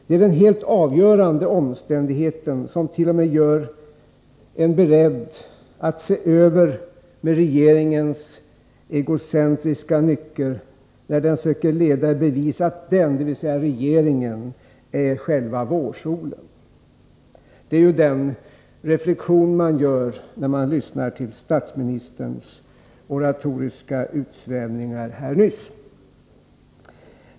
Det är den helt avgörande omständigheten, som t.o.m. gör en beredd att överse med regeringens egocentriska nycker, när den söker leda i bevis att den, dvs. regeringen, är själva vårsolen. Den reflexionen gör man, när man lyssnar till statsministerns oratoriska utsvävningar här.